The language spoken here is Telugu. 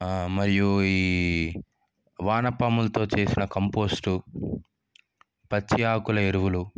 మరియు ఈ వానపాములతో చేసిన కంపోస్ట్ పచ్చి ఆకుల ఎరువులు